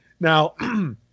Now